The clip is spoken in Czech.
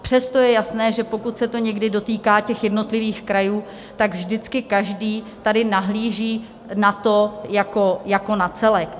Přesto je jasné, že pokud se to někdy dotýká jednotlivých krajů, vždycky každý tady nahlíží na to jako na celek.